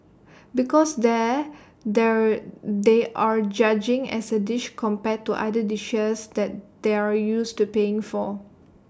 because there the they're judging as A dish compared to other dishes that they're used to paying for